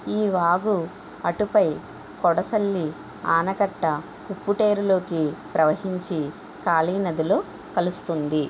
ఈ వాగు అటుపై కోడసళ్ళి ఆనకట్ట ఉప్పు టేరులోకి ప్రవహించి కాళీ నదిలో కలుస్తుంది